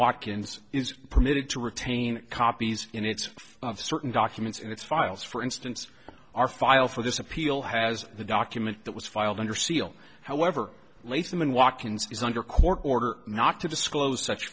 watkins is permitted to retain copies in its certain documents in its files for instance our file for this appeal has the document that was filed under seal however leatham and walk ins is under court order not to disclose such